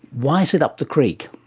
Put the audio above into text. why is it up the creek?